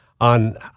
on